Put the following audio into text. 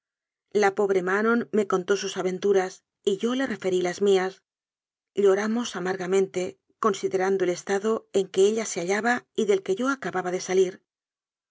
la pobre manon me contó sus aventuras y yo le referí las mías llo ramos amargamente considerando el estado en que ella se hallaba y del que yo acababa de salir